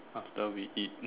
after we eat